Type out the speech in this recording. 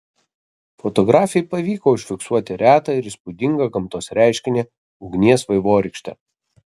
fotografei pavyko užfiksuoti retą ir įspūdingą gamtos reiškinį ugnies vaivorykštę